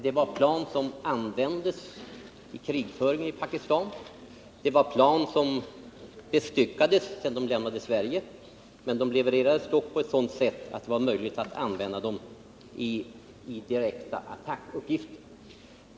Det var plan som användes i krigföringen i Pakistan. De bestyckades sedan de lämnat Sverige men levererades på sådant sätt att det var möjligt att använda planen i direkta attackuppgifter.